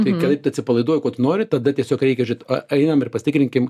tai kada tu atsipalaiduoji ko tu nori tada tiesiog reikia žėt ainam ir pasitikrinkim